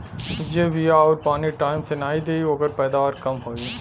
जे बिया आउर पानी टाइम से नाई देई ओकर पैदावार कम होई